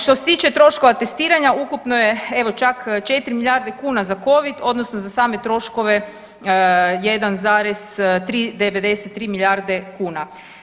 Što se tiče troškova testiranja ukupno je evo čak 4 milijarde kuna za covid odnosno za same troškove 1,93 milijarde kuna.